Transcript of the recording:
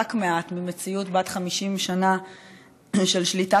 ומנותק מעט ממציאות בת 50 שנה של שליטה